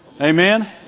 Amen